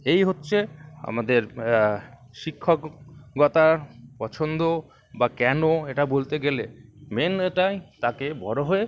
এই হচ্ছে আমাদের শিক্ষকতার পছন্দ না কেন এটা বলতে গেলে মেন এটাই তাকে বড়ো হয়ে